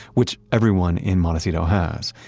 which everyone in montecito has.